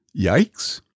yikes